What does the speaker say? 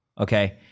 okay